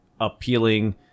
appealing